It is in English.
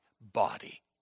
body